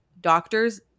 doctors